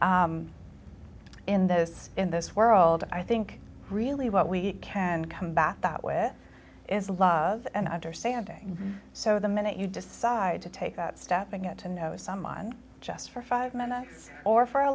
in this in this world i think really what we can come back that way is love and understanding so the minute you decide to take that step and get to know someone just for five minutes or for a